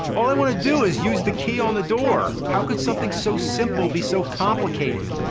all i want to do is use the key on the door! how could something so simple be so complicated?